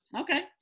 okay